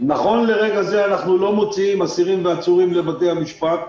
נכון לרגע זה אנחנו לא מוציאים אסירים ועצורים לבתי המשפט.